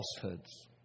falsehoods